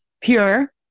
pure